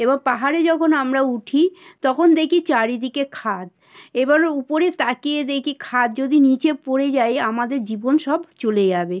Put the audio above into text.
এবার পাহাড়ে যখন আমরা উঠি তখন দেখি চারিদিকে খাদ এবার উপরে তাঁকিয়ে দেখি খাদ যদি নিচে পড়ে যাই আমাদের জীবন সব চলে যাবে